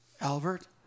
Albert